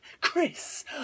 Chris